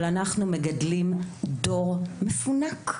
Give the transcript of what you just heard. אבל אנחנו מגדלים דור מפונק.